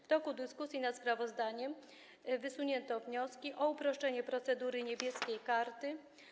W toku dyskusji nad sprawozdaniem wysunięto wnioski o uproszczenie procedury „Niebieskiej karty”